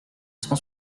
cent